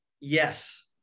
Yes